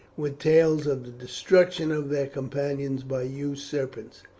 with tales of the destruction of their companions by huge serpents,